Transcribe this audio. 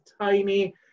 tiny